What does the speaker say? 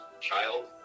child